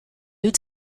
deux